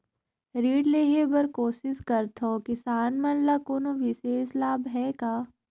ऋण लेहे बर कोशिश करथवं, किसान मन ल कोनो विशेष लाभ हे का?